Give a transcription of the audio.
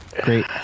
Great